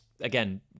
again